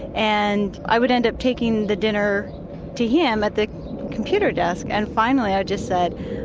and i would end up taking the dinner to him at the computer desk, and finally i just said,